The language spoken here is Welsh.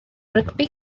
rygbi